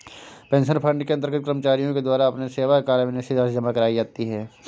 pension fund के अंतर्गत कर्मचारियों के द्वारा अपने सेवाकाल में निश्चित राशि जमा कराई जाती है